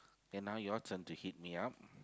then now your turn to hit me up